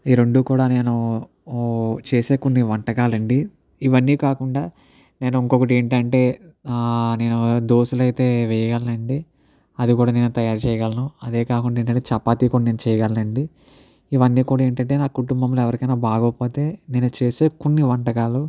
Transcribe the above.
ఈ రెండు కూడా నేను చేసే కొన్ని వంటకాలండి ఇవన్నీ కాకుండా నేను ఇంకొకటి ఏంటి అంటే నేను దోశలు అయితే వేయగలను అండి అది కూడా నేను తయారు చేయగలను అదే కాకుండా ఏంటి అంటే చపాతీ కూడా నేను చేయగలను అండి ఇవన్నీ కూడా ఏంటి అంటే నా కుటుంబంలో ఎవరికైనా బాగోకపోతే నేను చేసే కొన్ని వంటకాలు